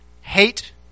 hate